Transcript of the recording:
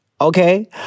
Okay